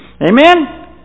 Amen